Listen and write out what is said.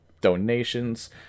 donations